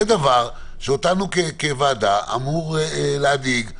זה דבר שאותנו כוועדה אמור להדאיג,